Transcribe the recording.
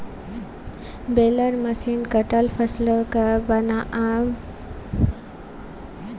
baler machine कटल फसलकेँ बान्हिकेँ पॉज बनाबै छै जाहिसँ दोसर जगह लए जेनाइ हल्लुक होइ